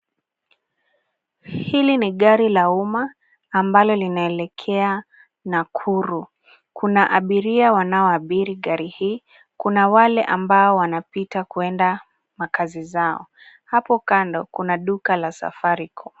Hili ni gari la umma ambalo linaelekea Nakuru. Kuna abiria wanaoabiri gari hii. Kuna wale ambao wanapita kwenda makazi zao. Hapo kando kuna duka la Safaricom.